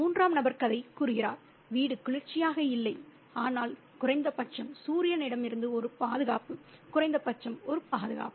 மூன்றாவது நபர் கதை கூறுகிறார் வீடு குளிர்ச்சியாக இல்லை ஆனால் குறைந்தபட்சம் சூரியனிடமிருந்து ஒரு பாதுகாப்பு குறைந்தபட்சம் ஒரு பாதுகாப்பு